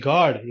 God